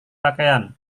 pakaian